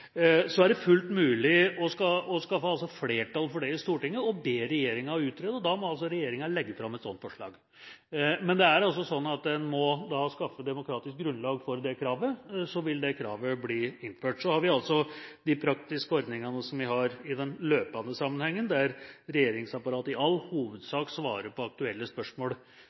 er det fullt mulig å skaffe flertall for det i Stortinget og be regjeringen utrede. Da må altså regjeringen legge fram et sånt forslag. Men det er altså sånn at man må skaffe demokratisk grunnlag for det kravet, og så vil det kravet bli innført. Så har vi de praktiske ordningene som vi har i den løpende sammenhengen, der regjeringsapparatet i all hovedsak svarer på aktuelle spørsmål,